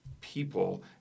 people